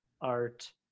art